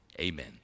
amen